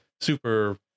super